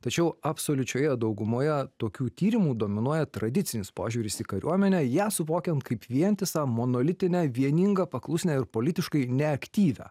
tačiau absoliučioje daugumoje tokių tyrimų dominuoja tradicinis požiūris į kariuomenę ją suvokiam kaip vientisą monolitinę vieningą paklusnią ir politiškai neaktyvią